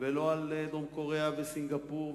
לא על דרום-קוריאה וסינגפור,